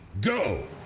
go